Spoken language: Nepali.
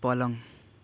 पलङ